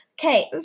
Okay